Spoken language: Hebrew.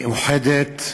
מאוחדת,